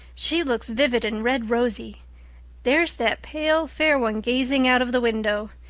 she looks vivid and red-rosy there's that pale, fair one gazing out of the window.